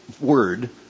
word